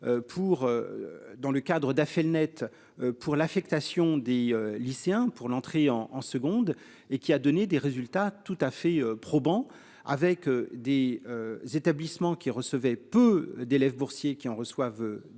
Dans le cadre d'Affelnet. Pour l'affectation des lycéens pour l'entrée en en seconde et qui a donné des résultats tout à fait probant avec des établissements qui recevait peu d'élèves boursiers qui en reçoivent. Désormais